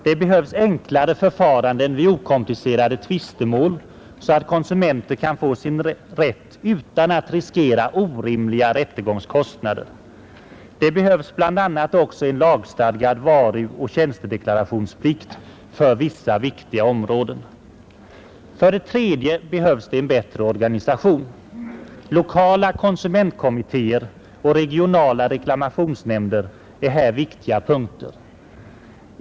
Det behövs enklare förfaranden vid okomplicerade tvistemål, så att konsumenter kan få sin rätt utan att riskera orimliga rättegångskostnader. Det behövs bl.a. också en lagstadgad varuoch tjänstedeklarationsplikt för vissa viktiga områden. För det tredje behövs det en bättre organisation. Lokala konsumentkommittéer och regionala reklamationsnämnder är här viktiga punkter.